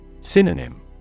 Synonym